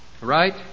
Right